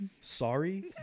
sorry